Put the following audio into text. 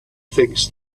things